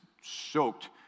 soaked